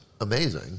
amazing